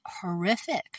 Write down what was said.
horrific